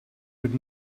would